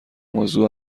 موضوع